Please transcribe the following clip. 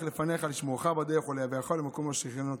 לפניך לשמרך בדרך ולהביאך למקום אשר הכנתי",